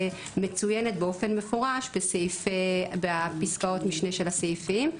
מצוינת באופן מפורש בפסקות המשנה של הסעיפים.